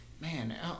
man